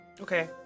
Okay